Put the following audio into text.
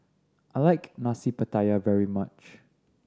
I like Nasi Pattaya very much